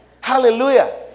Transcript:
Hallelujah